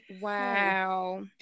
Wow